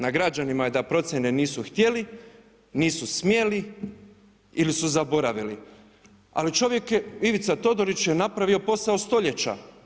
Na građanima je da procjene nisu htjeli, nisu smjeli ili su zaboravili, ali Ivica Todorić je napravio posao stoljeća.